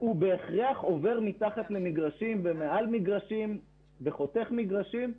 הוא בהכרח עובר מתחת למגרשים ומעל מגרשים וחותך מגרשים.